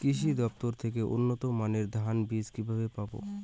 কৃষি দফতর থেকে উন্নত মানের ধানের বীজ কিভাবে পাব?